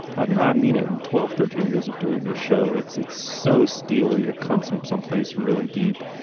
i mean i mean it in twelve thirteen years of doing this show it's it's so steely it comes from someplace really deep.